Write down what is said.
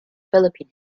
philippine